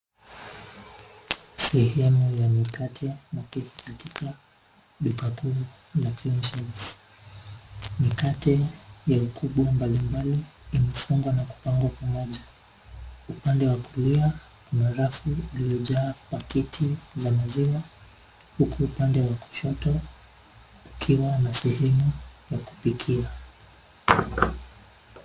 Sehemu ya mikate na keki katika duka kuu la Cleanshelf. Mikate ya ukubwa mbalimbali imefungwa na kupangwa pamoja. Upande wa kulia, kuna rafu iliyojaa paketi za maziwa, huku upande wa kushoto kukiwa na sehemu ya kupikia.